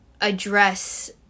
address